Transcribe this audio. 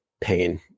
pain